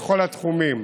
לכל התחומים.